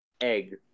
egg